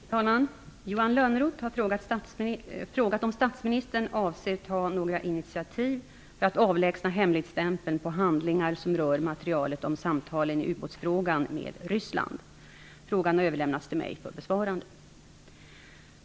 Fru talman! Johan Lönnroth har frågat om statsministern avsett att ta några initiativ för att avlägsna hemligstämpeln på handlingar som rör materialet om samtalen i ubåtsfrågan med Ryssland. Frågan har överlämnats till mig för besvarande.